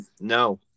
No